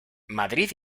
madrid